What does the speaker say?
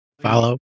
Follow